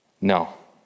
No